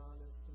honest